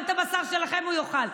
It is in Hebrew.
גם את הבשר שלכם הוא יאכל.